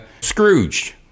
Scrooge